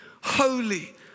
holy